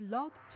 Love